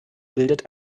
bildet